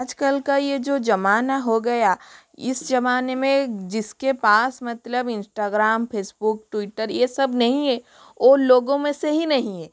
आजकल का ये जो जमाना हो गया इस जमाने में जिसके पास मतलब इंस्टाग्राम फेसबुक ट्विटर ये सब नहीं है वो लोगों में से ही नहीं है